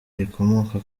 rikomoka